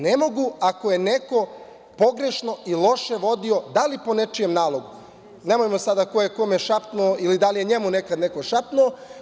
Ne mogu ako je neko pogrešno i loše vodio, da li po nečijem nalogu, nemojmo sada ko je kome šapnuo ili da je njemu nekad neko šapnuo.